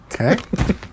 Okay